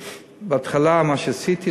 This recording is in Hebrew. בהתחלה מה שעשיתי,